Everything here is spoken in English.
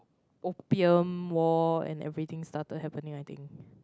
Opium war and everything started happening I think